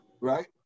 right